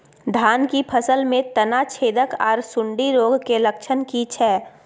धान की फसल में तना छेदक आर सुंडी रोग के लक्षण की छै?